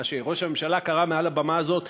מה שראש הממשלה קרא מעל הבמה הזאת,